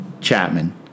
Chapman